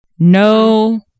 No